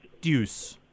deuce